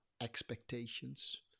expectations